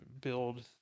build